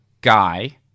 guy